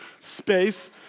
space